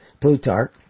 Plutarch